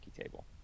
table